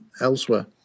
elsewhere